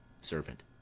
Servant